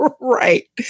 Right